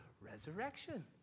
Resurrection